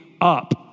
up